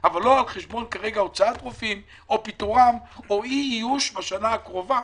אבל לא על חשבון הוצאת רופאים או פיטורם או אי-איוש בשנה הקרובה.